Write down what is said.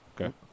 Okay